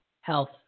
health